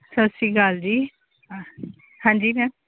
ਸਤਿ ਸ਼੍ਰੀ ਅਕਾਲ ਜੀ ਹਾ ਹਾਂਜੀ ਮੈਮ